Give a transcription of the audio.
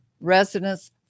residents